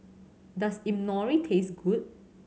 does taste good